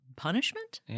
punishment